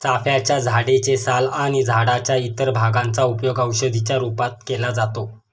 चाफ्याच्या झाडे चे साल आणि झाडाच्या इतर भागांचा उपयोग औषधी च्या रूपात केला जातो